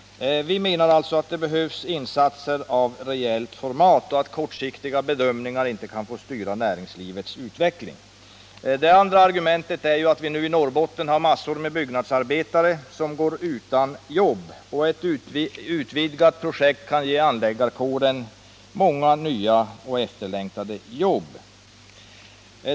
Vi menar alltså att det behövs insatser av rejält format och att kortsiktiga bedömningar inte kan få styra näringslivets utveckling. Ett annat argument är att vi nu i Norrbotten har massor av byggnadsarbetare som går utan jobb. Ett utvidgat projekt kan ge anläggarkåren många nya och efterlängtade jobb.